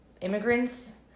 Immigrants